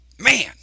Man